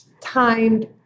timed